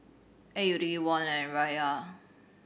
A U D Won and Riyal